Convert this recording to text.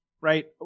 right